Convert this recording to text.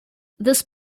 this